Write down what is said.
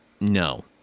No